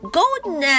golden